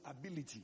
ability